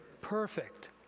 Perfect